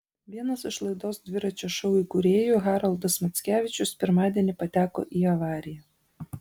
vienas iš laidos dviračio šou įkūrėjų haroldas mackevičius pirmadienį pateko į avariją